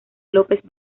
lópez